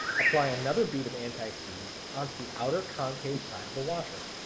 apply another bead of anti-seize on to the outer concave side of the washer,